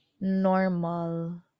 normal